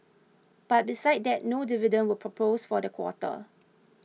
but besides that no dividend was proposed for the quarter